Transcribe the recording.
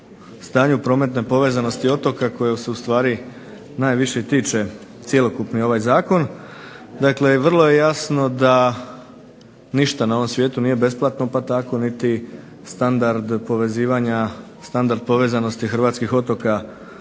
stanju prometne povezanosti otoka koje su ustvari najviše tiče cjelokupni ovaj zakon. Dakle, vrlo je jasno da ništa na ovom svijetu nije besplatno pa tako niti standard povezanosti hrvatskih otoka